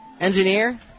Engineer